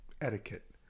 etiquette